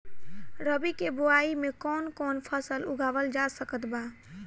रबी के बोआई मे कौन कौन फसल उगावल जा सकत बा?